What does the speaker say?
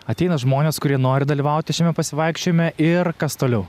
ateina žmonės kurie nori dalyvauti šiame pasivaikščiojime ir kas toliau